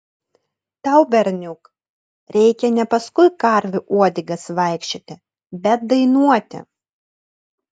tau berniuk reikia ne paskui karvių uodegas vaikščioti bet dainuoti